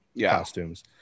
costumes